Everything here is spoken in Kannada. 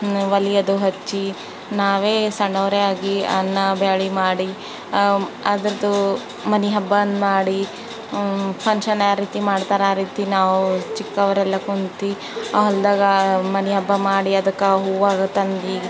ಒಲೆ ಅದು ಹಚ್ಚಿ ನಾವೇ ಸಣ್ಣವರೇ ಆಗಿ ಅನ್ನ ಬ್ಯಾಳಿ ಮಾಡಿ ಅದ್ರದ್ದು ಮನೆ ಹಬ್ಬಂದು ಮಾಡಿ ಪಂಕ್ಷನ ರೀತಿ ಮಾಡ್ತಾರೆ ಆ ರೀತಿ ನಾವು ಚಿಕ್ಕವರೆಲ್ಲ ಕೂತಿ ಆ ಹೊಲ್ದಾಗ ಮನೆ ಹಬ್ಬ ಮಾಡಿ ಅದಕ್ಕೆ ಹೂವ ತಂದು